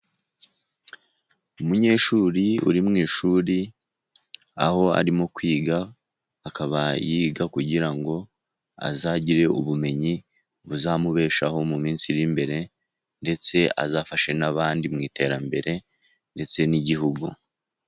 Umunyeshuri uri mu ishuri aho arimo kwiga, akaba yiga kugira ngo azagire ubumenyi buzamubeshaho mu minsi iri imbere, ndetse azafashe n'abandi mu iterambere ndetse n'igihugu.